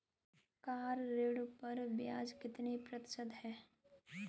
Car ऋण पर ब्याज कितने प्रतिशत है?